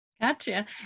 Gotcha